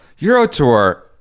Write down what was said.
Eurotour